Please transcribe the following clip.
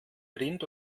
rind